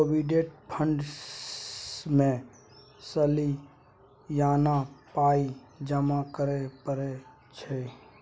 provident fund मे सलियाना पाइ जमा करय परय छै